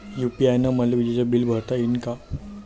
UPI न मले विजेचं बिल भरता यीन का?